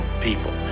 people